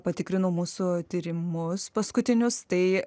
patikrinau mūsų tyrimus paskutinius tai